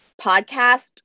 podcast